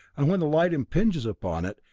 and when the light impinges upon it,